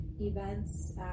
events